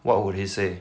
what would he said